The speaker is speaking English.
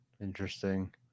Interesting